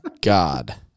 God